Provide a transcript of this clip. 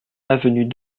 avenue